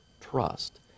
trust